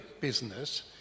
business